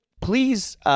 please